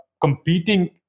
competing